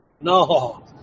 No